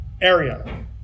area